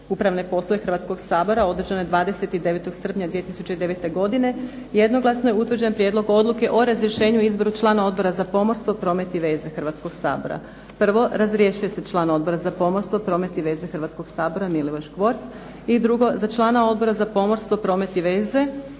upravne poslove hrvatskog Sabora održane 29. srpnja 2009. godine jednoglasno je utvrđen prijedlog Odluke o razrješenju i izboru člana Odbora za pomorstvo, promet i veze hrvatskog Sabora. Prvo, razrješuje se član Odbora za pomorstvo, promet i veze hrvatskog Sabora Milivoj Škvorc i drugo za člana Odbora za pomorstvo, promet i veze